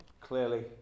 clearly